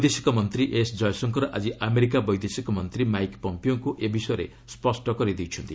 ବୈଦେଶିକ ମନ୍ତ୍ରୀ ଏସ୍ ଜୟଶଙ୍କର ଆଜି ଆମେରିକା ବୈଦେଶିକ ମନ୍ତ୍ରୀ ମାଇକ୍ ପମ୍ପିଓଙ୍କୁ ଏ ବିଷୟରେ ସ୍ୱଷ୍ଟ କରିଦେଇଛନ୍ତି